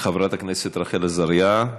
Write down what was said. חברת הכנסת רחל עזריה,